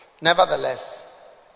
Nevertheless